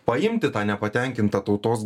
paimti tą nepatenkintą tautos